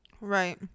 Right